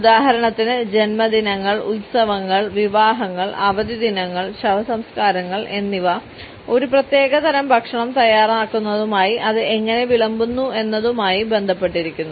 ഉദാഹരണത്തിന് ജന്മദിനങ്ങൾ ഉത്സവങ്ങൾ വിവാഹങ്ങൾ അവധിദിനങ്ങൾ ശവസംസ്കാരങ്ങൾ എന്നിവ ഒരു പ്രത്യേക തരം ഭക്ഷണം തയ്യാറാക്കുന്നതുമായും അത് എങ്ങനെ വിളമ്പുന്നു എന്നതുമായും ബന്ധപ്പെട്ടിരിക്കുന്നു